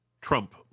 Trump